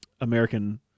American